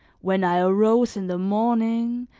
when i arose in the morning,